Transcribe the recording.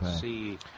see